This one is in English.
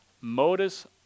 modus